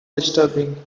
disturbing